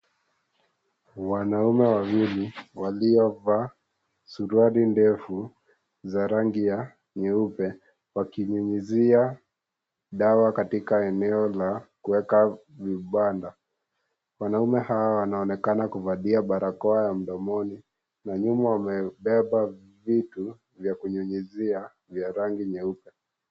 Wanaume wawili waliovaa suruali ndefu za rangi ya nyeupe wakinyunyuzia dawa katika eneo la kuweka vibanda. Wanaume hawa wanaonekana kuvalia barakoa ya mdomoni na nyuma amebeba vitu vya kunyunyizia vya rangi nyeupe.